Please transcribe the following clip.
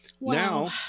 now